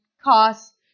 cost